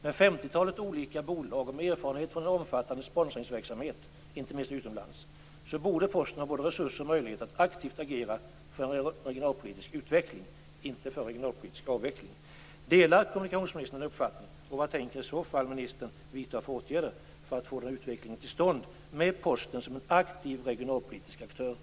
Med ett femtiotal olika bolag och med erfarenhet från omfattande sponsringsverksamhet inte minst utomlands borde Posten ha både resurser och möjlighet att aktivt agera för en regionalpolitisk utveckling, inte för en regionalpolitisk avveckling.